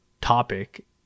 topic